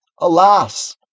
Alas